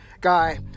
guy